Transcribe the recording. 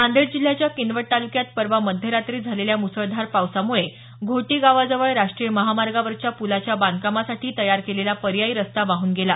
नांदेड जिल्ह्याच्या किनवट तालुक्यात परवा मध्यरात्री झालेल्या मुसळधार पावसामुळे घोटी गावाजवळ राष्ट्रीय महामार्गावरच्या प्लाच्या बांधकामासाठी तयार केलेला पर्यायी रस्ता वाहून गेला